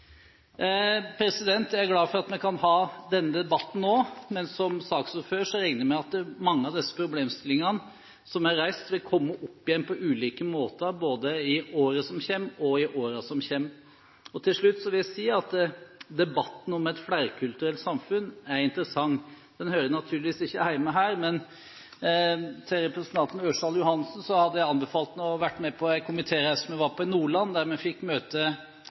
Jeg er glad for at vi kan ha denne debatten nå. Men i likhet med saksordføreren regner jeg med at mange av de problemstillingene som er reist, vil komme opp igjen på ulike måter, både i året som kommer, og i årene deretter. Til slutt vil jeg si at debatten om et flerkulturelt samfunn er interessant. Den hører naturligvis ikke hjemme her, men til representanten Ørsal Johansen: Jeg ville ha anbefalt ham å være med på en komitéreise vi hadde til Nordland, der vi fikk møte